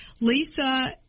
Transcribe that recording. Lisa